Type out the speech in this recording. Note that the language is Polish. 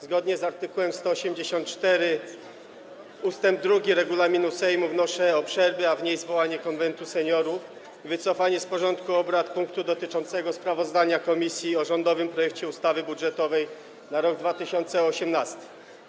Zgodnie z art. 184 ust. 2 regulaminu Sejmu wnoszę o przerwę, zwołanie Konwentu Seniorów i wycofanie z porządku obrad punktu dotyczącego sprawozdania komisji o rządowym projekcie ustawy budżetowej na rok 2018.